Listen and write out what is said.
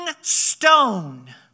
stone